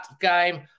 game